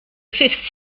fait